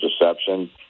deception